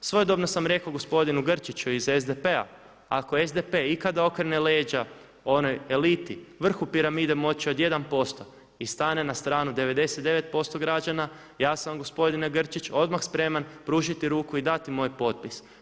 Svojedobno sam rekao gospodinu Grčiću iz SDP-a ako SDP ikada okrene leđa onoj eliti, vrhu piramide moći od 1% i stane na stranu 99% građana ja sam gospodine Grčić odmah spreman pružiti ruku i dati moj potpis.